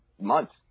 months